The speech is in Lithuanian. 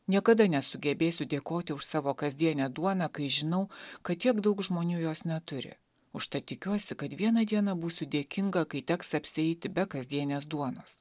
niekada nesugebėsiu dėkoti už savo kasdienę duoną kai žinau kad tiek daug žmonių jos neturi užtat tikiuosi kad vieną dieną būsiu dėkinga kai teks apsieiti be kasdienės duonos